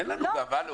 לא.